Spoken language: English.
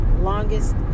longest